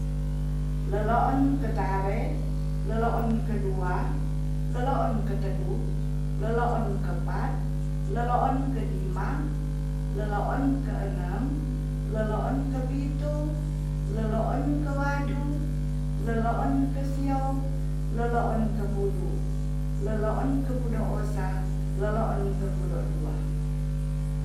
Leloon ketare, leloon kedua, leloon ketedu, leloon kepat, leloon kedima, leloon keenem, leloon kepitu, leloon kewadu, leloon ke sio, leloon kepudu. leloon kepudu osa, leloon kepudo dua.